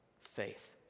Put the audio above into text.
faith